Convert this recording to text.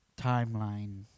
timeline